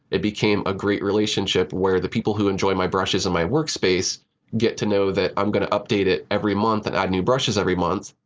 it became a great relationship where the people who enjoy my brushes and my workspace get to know that i'm going to update it every month and add new brushes every month,